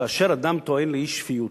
כאשר אדם טוען לאי-שפיות,